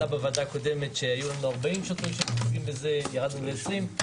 שעלתה בוועדה הקודמת שהיו לנו 40 שוטרים שמתעסקים בזה וירדנו ל-20.